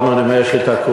ולמה אני אומר שתקעו?